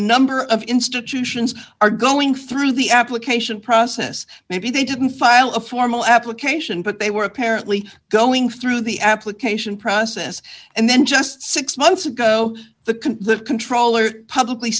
number of institutions are going through the application process maybe they didn't file a formal application but they were apparently going through the application process and then just six months ago the can the controller publicly